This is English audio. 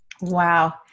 Wow